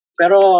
pero